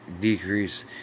decrease